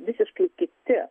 visiškai kiti